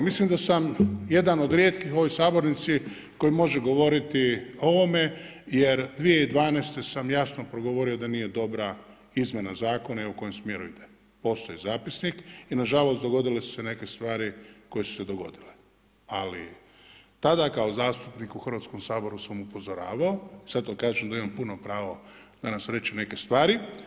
Mislim da sam jedan od rijetkih u ovoj sabornici koji može govoriti o ovome jer 2012. sam jasno progovorio da nije dobra izmjena zakona i u kojem smjeru ide. postoji zapisnik i nažalost dogodile su se neke stvari koje su se dogodile ali tada kao zastupnik u Hrvatskom saboru sam upozoravao, sad to kad da imam pravo danas reći neke stvari.